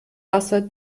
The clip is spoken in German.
wasser